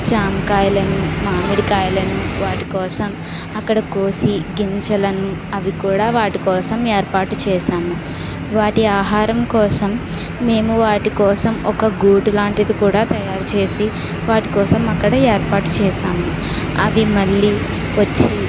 జామకాయలను మామిడికాయలను వాటికోసం అక్కడ కోసి గింజలను అవి కూడా వాటి కోసం ఏర్పాటు చేశాము వాటి ఆహారం కోసం మేము వాటి కోసం ఒక గూటి లాంటిది కూడా తయారుచేసి వాటి కోసం అక్కడ ఏర్పాటు చేశాము అవి మళ్ళీ వచ్చి